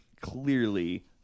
clearly